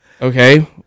Okay